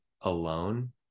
alone